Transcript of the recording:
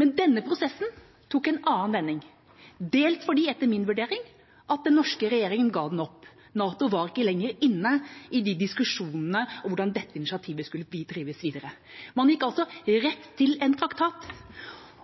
Men denne prosessen tok en annen vending, dels fordi, etter min vurdering, den norske regjeringa ga den opp. NATO var ikke lenger inne i diskusjonene om hvordan dette initiativet skulle drives videre. Man gikk altså rett til en traktat.